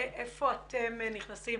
היכן אתם נכנסים.